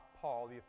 Paul